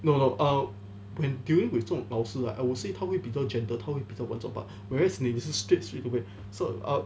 no no err okay when during trying to 做老师 like I would say 他会比较 gentle 他会比较婉转 but whereas 你是 straight straightaway so err